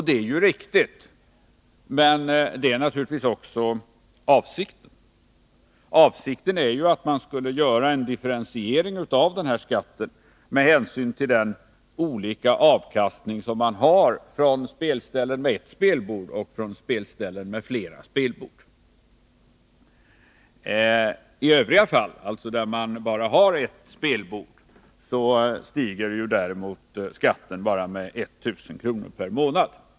Det är riktigt, men det är naturligtvis också avsikten. Avsikten var att göra en differentiering av skatten med hänsyn till den avkastning man har från spelställen med ett spelbord resp. spelställen med flera. I de fall där man har endast ett spelbord stiger skatten bara med 1 000 kr. per månad.